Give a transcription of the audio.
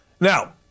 Now